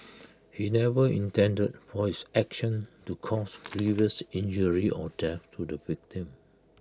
he never intended for his action to cause grievous injury or death to the victim